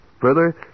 Further